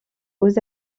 aux